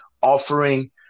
offering